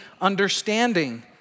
understanding